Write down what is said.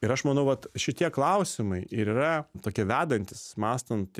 ir aš manau vat šitie klausimai ir yra tokie vedantys mąstant